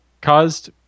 caused